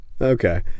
okay